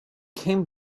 came